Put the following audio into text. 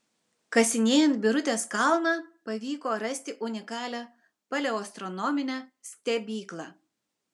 kasinėjant birutės kalną pavyko rasti unikalią paleoastronominę stebyklą